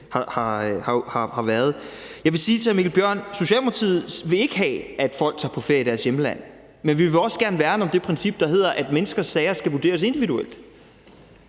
har været. Jeg vil sige til hr. Mikkel Bjørn, at Socialdemokratiet ikke vil have, at folk tager på ferie i deres hjemland, men vi vil også gerne værne om det princip, at menneskers sager skal vurderes individuelt.